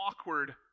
awkward